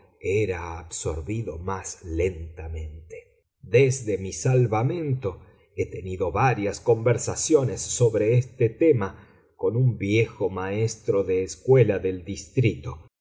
era absorbido más lentamente desde mi salvamento he tenido varias conversaciones sobre este tema con un viejo maestro de escuela del distrito